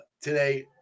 today